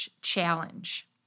challenge